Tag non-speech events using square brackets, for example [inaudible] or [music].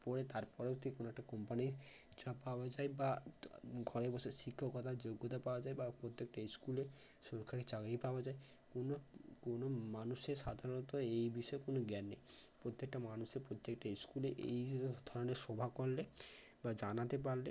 পরে তার পরবর্তী কোনো একটা কোম্পানির জব পাওয়া যায় বা [unintelligible] ঘরে বসে শিক্ষকতার যোগ্যতা পাওয়া যায় বা প্রত্যেকটা স্কুলে সরকারি চাকরি পাওয়া যায় কোনো কোনো মানুষের সাধারণত এই বিষয়ে কোনো জ্ঞান নেই প্রত্যেকটা মানুষে প্রত্যেকটা স্কুলে এই যে ধরনের সভা করলে বা জানাতে পারলে